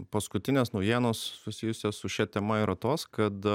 paskutinės naujienos susijusios su šia tema yra tos kad